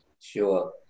Sure